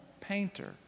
painter